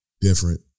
different